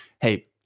hey